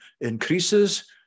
increases